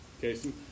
Casey